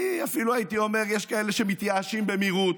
אפילו, הייתי אומר, יש כאלה שמתייאשים במהירות.